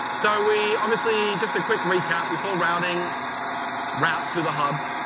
so, we obviously just a quick recap. we saw routing route to the hub.